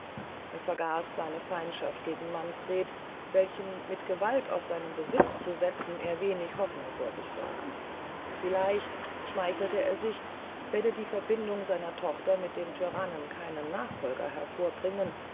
er vergaß seine feindschaft gegen manfred welchen mit gewalt aus seinem besitz zu setzen er wenig hofnung vor sich sah vielleicht schmeichelte er sich werde die verbindung seiner tochter mit dem tyrannen keinen nachfolger hervorbringen